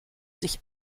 sich